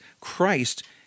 Christ